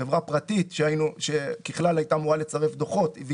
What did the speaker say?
חברה פרטית שככלל היתה אמורה לצרף דוחות והיא